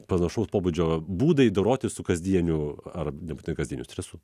panašaus pobūdžio būdai dorotis su kasdieniu ar nebūtinai kasdieniu stresu